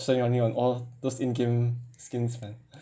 spending money on all those in game skins man